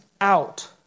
out